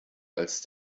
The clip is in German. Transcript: als